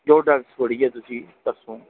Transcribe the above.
ਜੋ ਡਰੱਗਜ਼ ਫੜੀ ਆ ਤੁਸੀਂ ਪਰਸੋਂ